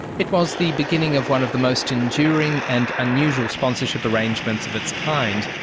it was the beginning of one of the most enduring and unusual sponsorship arrangements of its kind,